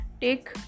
Take